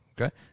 okay